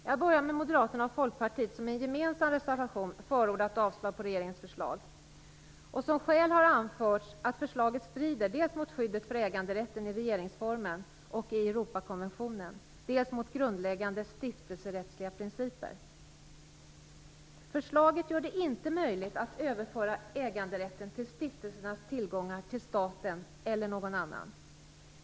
Jag börjar med Moderaterna och Folkpartiet, som i en gemensam reservation förordat avslag på regeringens förslag. Som skäl har anförts att förslaget strider dels mot skyddet för äganderätten i regeringsformen och i Europakonventionen, dels mot grundläggande stiftelserättsliga principer. Förslaget gör det inte möjligt att överföra äganderätten till stiftelsernas tillgångar till staten eller någon annan.